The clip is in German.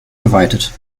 geweitet